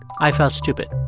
i felt stupid